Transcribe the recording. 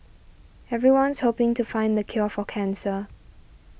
everyone's hoping to find the cure for cancer